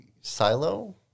Silo